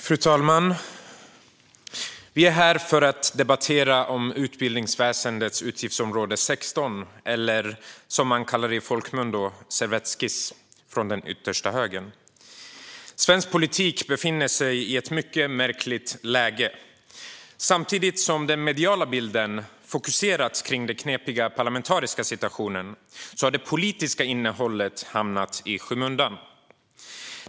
Fru talman! Vi är här för att debattera utbildningsväsendets utgiftsområde 16 eller, som det kallas i folkmun, servettskiss från den yttersta högern. Svensk politik befinner sig i ett mycket märkligt läge. Samtidigt som den mediala bilden fokuserat på den knepiga parlamentariska situationen har det politiska innehållet hamnat i skymundan.